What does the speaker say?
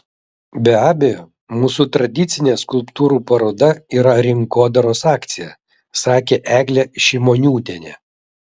be abejo mūsų tradicinė skulptūrų paroda yra rinkodaros akcija sakė eglė šimoniūtienė